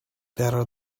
better